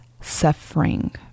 suffering